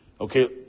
Okay